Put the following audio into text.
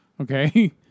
okay